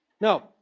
No